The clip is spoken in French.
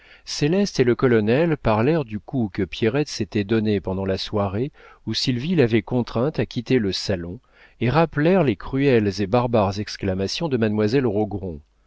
céleste et le colonel parlèrent du coup que pierrette s'était donné pendant la soirée où sylvie l'avait contrainte à quitter le salon et rappelèrent les cruelles et barbares exclamations de mademoiselle